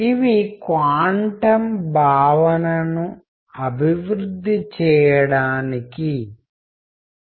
ఇది మీరు వ్యక్తులతో సంభాషించే పద్ధతి మర్యాదలు అని అర్థం